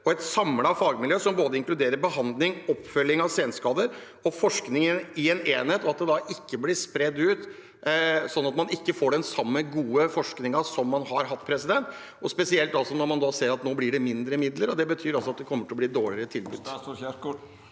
og et samlet fagmiljø som inkluderer både behandling, oppfølging av senskader og forskning i en enhet, og at det ikke blir spredd ut sånn at man ikke får den samme gode forskningen som man har hatt, spesielt nå som man ser at det blir mindre midler? For det betyr at det kommer til å bli et dårligere tilbud.